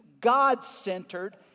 God-centered